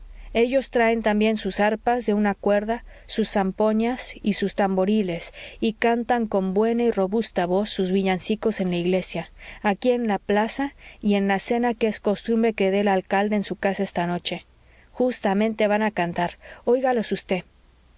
ellos traen también sus arpas de una cuerda sus zampoñas y sus tamboriles y cantan con buena y robusta voz sus villancicos en la iglesia aquí en la plaza y en la cena que es costumbre que dé el alcalde en su casa esta noche justamente van a cantar óigalos